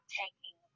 taking